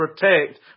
protect